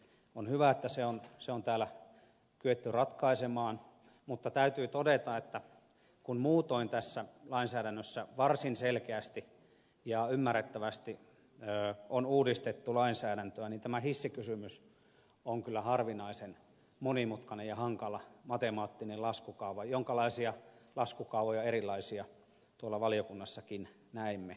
on hyvä että se on täällä kyetty ratkaisemaan mutta täytyy todeta että kun muutoin tässä lainsäädännössä varsin selkeästi ja ymmärrettävästi on uudistettu lainsäädäntöä niin tämä hissikysymys on kyllä harvinaisen monimutkainen ja hankala matemaattinen laskukaava jonkalaisia erilaisia laskukaavoja tuolla valiokunnassakin näimme